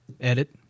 edit